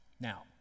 Now